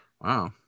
Wow